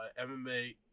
MMA